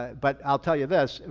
but i'll tell you this,